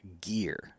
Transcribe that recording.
gear